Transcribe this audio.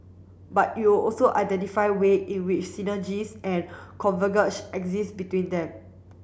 but it will also identify way in which synergies and exist between them